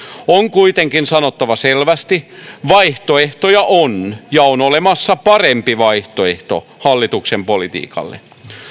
on kuitenkin sanottava selvästi vaihtoehtoja on ja on olemassa parempi vaihtoehto hallituksen politiikalle